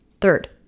Third